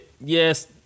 yes